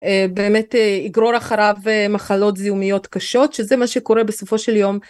באמת יגרור אחריו מחלות זיהומיות קשות שזה מה שקורה בסופו של יום.